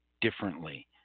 differently